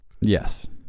Yes